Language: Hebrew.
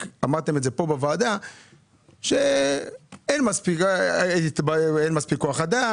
רק אמרתם שאין מספיק כוח אדם,